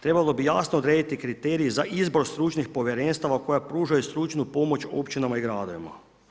Trebalo bi jasno odrediti kriterije za izbor stručnih povjerenstava koja pružaju stručnu pomoć općinama i gradovima.